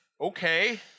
Okay